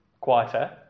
quieter